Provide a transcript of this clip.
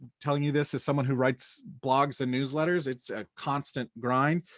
telling you this as someone who writes blogs and newsletters, it's a constant grind.